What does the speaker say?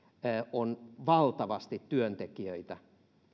on valtavasti työntekijöitä